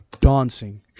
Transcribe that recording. dancing